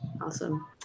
Awesome